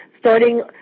starting